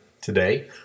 today